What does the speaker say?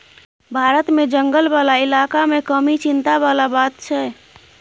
भारत मे जंगल बला इलाका मे कमी चिंता बला बात छै